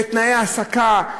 בתנאי העסקה,